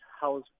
house